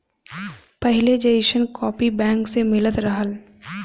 पहिले जइसन copy bank से मिलत रहल